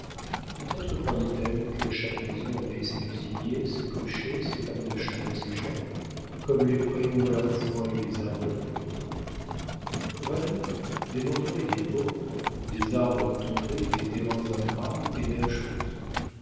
peut-être croyait-elle que chaque maison avait ses cuisiniers ses cochers ses femmes de chambre et ses gens comme les prés ont leurs foins et les arbres leurs fruits pour elle des mendiants et des pauvres des arbres tombés et des terrains ingrats étaient même chose